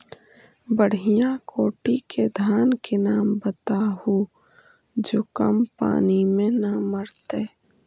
बढ़िया कोटि के धान के नाम बताहु जो कम पानी में न मरतइ?